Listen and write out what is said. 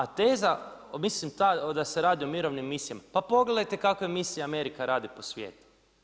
A teza, mislim ta, da se radi o mirovnim misijama, pa pogledajte kakve misije Amerika radi po svijetu.